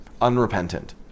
unrepentant